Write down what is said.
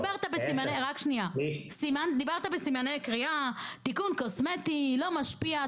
דיברת בסימני קריאה: תיקון קוסמטי, לא משפיע.